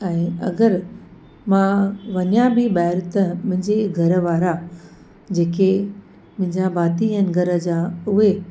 ऐं अगरि मां वञा बि ॿाहिरि त मुंहिंजे घरु वारा जेके मुंहिंजा भाती आहिनि घर जा उहे